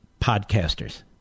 podcasters